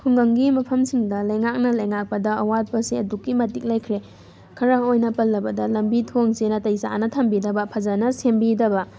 ꯈꯨꯡꯒꯪꯒꯤ ꯃꯐꯝꯁꯤꯡꯗ ꯂꯩꯉꯥꯛꯅ ꯂꯩꯉꯥꯛꯄꯗ ꯑꯋꯥꯠꯄꯁꯦ ꯑꯗꯨꯛꯀꯤ ꯃꯇꯤꯛ ꯂꯩꯈ꯭ꯔꯦ ꯈꯔ ꯑꯣꯏꯅ ꯄꯜꯂꯕꯗ ꯂꯝꯕꯤ ꯊꯣꯡꯁꯤ ꯅꯥꯇꯩ ꯆꯥꯅ ꯊꯝꯕꯤꯗꯕ ꯐꯖꯅ ꯁꯦꯝꯕꯤꯗꯕ